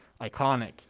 iconic